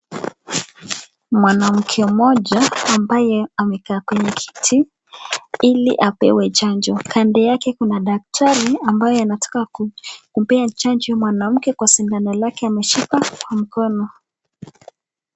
Mwanamke moja ambaye amekaa kwenye kiti ili apewe chanjo. Kando yake kuna daktari ambaye anataka kumpea chanjo mwanamke kwa sindano lake ameshika kwa mkono.